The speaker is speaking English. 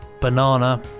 banana